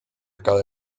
cada